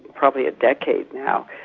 probably a decade now,